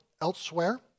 elsewhere